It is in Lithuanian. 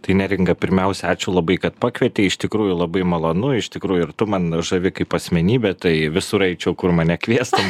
tai neringa pirmiausia ačiū labai kad pakvietei iš tikrųjų labai malonu iš tikrųjų ir tu man žavi kaip asmenybė tai visur eičiau kur mane kviestum